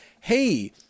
Hey